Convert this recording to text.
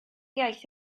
iaith